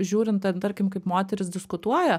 žiūrint ten tarkim kaip moterys diskutuoja